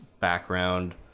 background